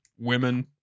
women